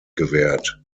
gewährt